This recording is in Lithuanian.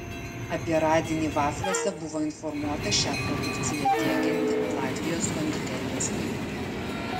apie radinį vafliuose buvo informuota šią produkciją tiekianti latvijos konditerijos įmonė